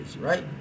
Right